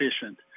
efficient